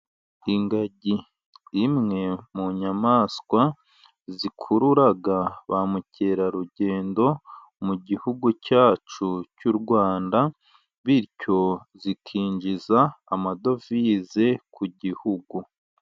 Ingagi ni imwe mu nyamaswa zikurura ba mukerarugendo, mu gihugu cyacu cy'u Rwanda, bityo zikinjiza amadovize ku gihugu.